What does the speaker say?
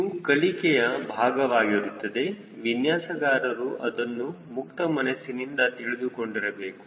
ಅದು ಕಲಿಕೆಯ ಭಾಗವಾಗಿರುತ್ತದೆ ವಿನ್ಯಾಸಕಾರರು ಅದನ್ನು ಮುಕ್ತ ಮನಸ್ಸಿನಿಂದ ತಿಳಿದುಕೊಂಡಿರಬೇಕು